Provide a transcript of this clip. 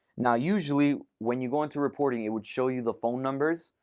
now, usually when you go into reporting, it would show you the phone numbers.